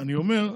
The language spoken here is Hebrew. אני אומר: